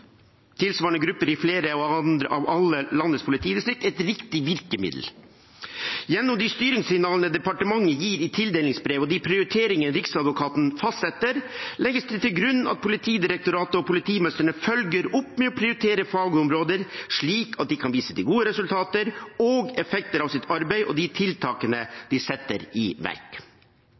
Gjennom de styringssignalene departementet gir i tildelingsbrevet, og gjennom de prioriteringer Riksadvokaten fastsetter, legges det til grunn at Politidirektoratet og politimestrene følger opp med å prioritere fagområder, slik at de kan vise til gode resultater og effekter av sitt arbeid og de tiltakene de setter i verk.